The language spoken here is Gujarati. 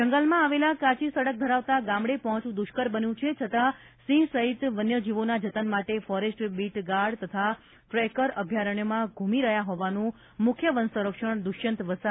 જંગલમાં આવેલા કાચી સડક ધરાવતા ગામડે પહોંચવું દુષ્કર બન્યું છે છતાં સિંહ સહિતના વન્ય જીવોના જતન માટે ફોરેસ્ટ બીટ ગાર્ડ તથા ટ્રેકર અભ્યારણ્યમાં ધુમી રહ્યા હોવાનું મુખ્ય વન સંરક્ષણ દુષ્યંત વસાવડાએ જણાવ્યું છે